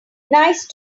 nice